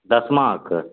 दसमाके